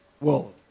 world